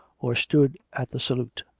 or stood at the salute.